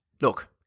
look